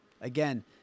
again